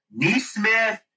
Neesmith